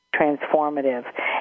transformative